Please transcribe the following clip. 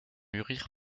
mûrir